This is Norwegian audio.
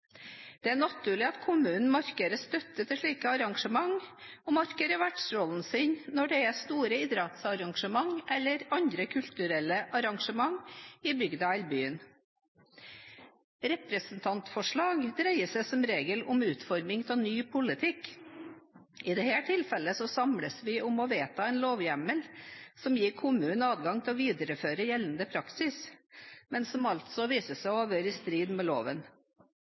Det er naturlig at kommunen markerer støtte til slike arrangementer, og at den markerer vertsrollen sin når det er store idrettsarrangementer eller andre kulturelle arrangementer i bygda eller byen. Representantforslag dreier seg som regel om utforming av ny politikk. I dette tilfellet samles vi om å vedta en lovhjemmel som gir kommunene adgang til å videreføre gjeldende praksis, men som altså viser seg å ha vært i strid med loven.